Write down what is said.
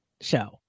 show